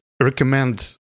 recommend